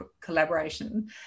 collaboration